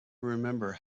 remember